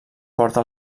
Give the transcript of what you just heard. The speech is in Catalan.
porta